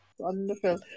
Wonderful